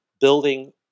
building